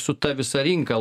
su ta visa rinka